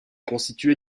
constituée